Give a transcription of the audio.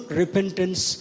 repentance